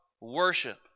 worship